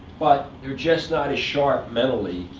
but they're just not as sharp, mentally,